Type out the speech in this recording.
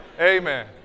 Amen